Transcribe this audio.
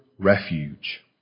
Refuge